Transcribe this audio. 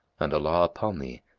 and allah upon thee,